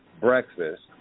breakfast